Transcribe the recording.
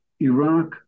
Iraq